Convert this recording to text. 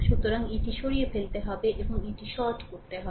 সুতরাং এটি সরিয়ে ফেলতে হবে এবং এটি শর্ট করতে হবে